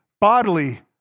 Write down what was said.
bodily